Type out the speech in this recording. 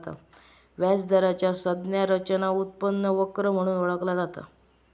व्याज दराचा संज्ञा रचना उत्पन्न वक्र म्हणून ओळखला जाता